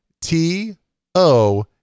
T-O